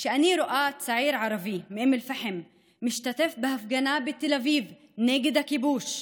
כשאני רואה צעיר ערבי מאום אל-פחם משתתף בהפגנה בתל אביב נגד הכיבוש,